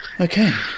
Okay